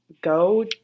go